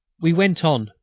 we went on,